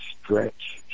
stretch